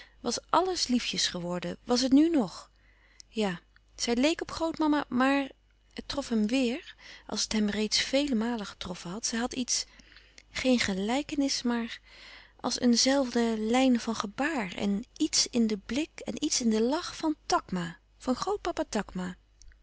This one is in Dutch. was àlles liefjes geworden was het nu nog ja zij leek op grootmama maar het trof hem weêr als het hem reeds vele malen getroffen had zij had iets geen gelijkenis maar als een zelfde lijn van gebaar en ièts in den blik en iets in den lach van takma van grootpapa takma